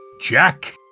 Jack